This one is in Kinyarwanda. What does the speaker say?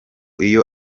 iyo